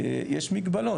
יש מגבלות.